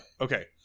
Okay